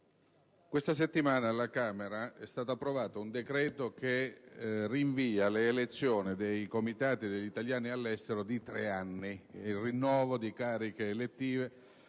questa settimana alla Camera è stato approvato un decreto che rinvia di tre anni le elezioni dei Comitati degli italiani all'estero. Si tratta del rinnovo di cariche elettive